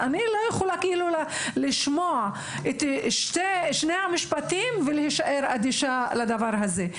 אני לא יכולה לשמוע את שני המשפטים ולהישאר אדישה לדבר הזה.